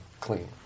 clean